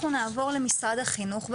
נעבור למשרד החינוך.